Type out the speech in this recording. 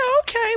okay